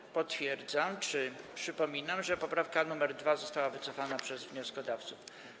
I potwierdzam czy przypominam, że poprawka 2. została wycofana przez wnioskodawców.